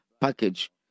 package